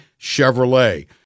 Chevrolet